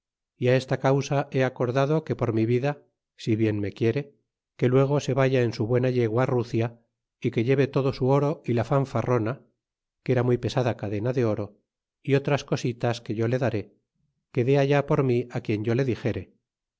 y á esta causa he acordado que por mi vida si bien me quiere que luego se vaya en su buena yegua rucia y que lleve todo su oro y la fanfarrona que era muy pesada cadena de oro y otras cositas que yo le daré que dé allá por mi á quien yo le dixere